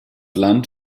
land